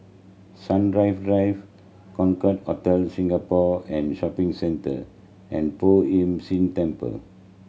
Sun Drive Drive Concorde Hotel Singapore and Shopping Centre and Poh Ern Shih Temple